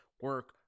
Work